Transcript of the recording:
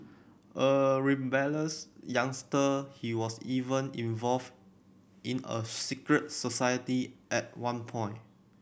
a rebellious youngster he was even involved in a secret society at one point